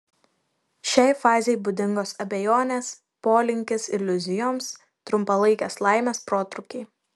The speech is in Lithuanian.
šiai fazei būdingos abejonės polinkis iliuzijoms trumpalaikės laimės protrūkiai